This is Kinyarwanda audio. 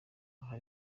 aha